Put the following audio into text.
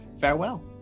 Farewell